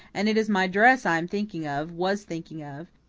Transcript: and it is my dress i am thinking of was thinking of.